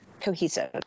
cohesive